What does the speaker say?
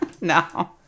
No